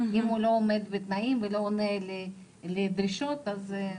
אם הוא לא עומד בתנאים ולא עונה לצרכים ולא עומד בדרישות אז.